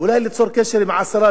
אולי ליצור קשר עם עשרה,